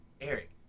eric